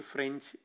French